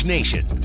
Nation